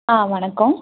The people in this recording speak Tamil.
ஆ வணக்கம்